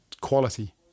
quality